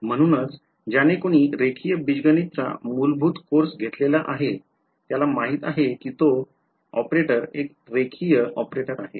म्हणूनच ज्याने कोणी रेखीय बीजगणित चा मूलभूत कोर्स घेतलेला आहे त्याला माहित आहे की तो ऑपरेटर एक रेषीय ऑपरेटर आहे